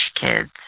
kids